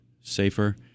safer